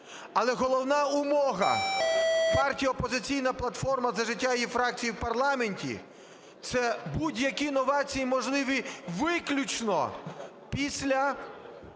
але головна умова партії "Опозиційна платформа - За життя" і її фракції в парламенті – це будь-які новації можливі виключно після